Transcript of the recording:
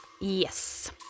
Yes